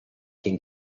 can